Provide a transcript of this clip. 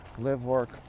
live-work